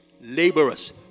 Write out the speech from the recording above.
Laborers